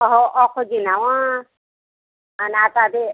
अहो आणि आता दे